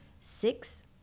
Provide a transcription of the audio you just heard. six